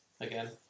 again